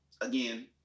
again